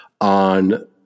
on